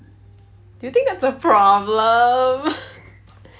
do you think that's a problem